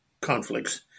conflicts